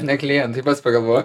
ne klientai pats pagalvo